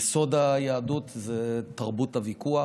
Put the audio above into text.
יסוד היהדות זה תרבות הוויכוח,